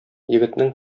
егетнең